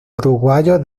uruguayo